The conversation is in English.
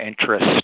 interest